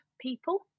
people